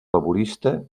laborista